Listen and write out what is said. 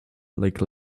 like